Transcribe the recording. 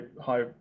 high